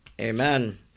Amen